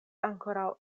ankoraŭ